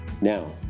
Now